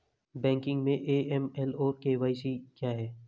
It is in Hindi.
बैंकिंग में ए.एम.एल और के.वाई.सी क्या हैं?